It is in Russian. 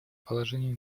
положение